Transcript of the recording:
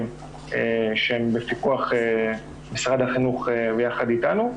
שהם בפיקוח משרד החינוך ויחד איתנו.